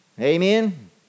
Amen